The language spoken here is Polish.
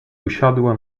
usiadła